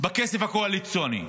בכסף הקואליציוני.